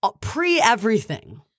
Pre-everything